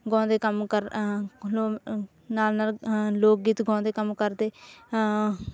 ਗਾਉਂਦੇ ਕੰਮ ਕਰ ਨਾਲ ਨਾਲ ਲੋਕ ਗੀਤ ਗਾਉਂਦੇ ਕੰਮ ਕਰਦੇ